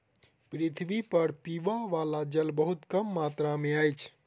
पृथ्वी पर पीबअ बला जल बहुत कम मात्रा में अछि